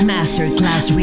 Masterclass